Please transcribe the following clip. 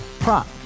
Prop